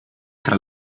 tra